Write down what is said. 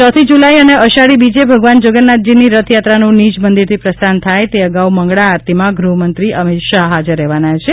ચોથી જુલાઇ અને અષાઢી બીજે ભગવાન જગન્નાથજીની રથયાત્રાનું નિજ મંદિરથી પ્રસ્થાન થાય તે અગાઉ મંગળા આરતીમાં ગૃહમંત્રી અમિત શાહ હાજર રહેવાના છે